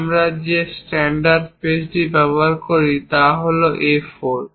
আমরা যে স্ট্যান্ডার্ড পেজটি ব্যবহার করি তা হল এই A4